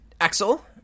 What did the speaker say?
Axel